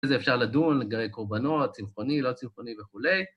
זה אפשר לדון לגבי קורבנות, צמחוני, לא צמחוני וכולי.